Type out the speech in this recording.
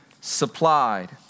supplied